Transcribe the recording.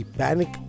panic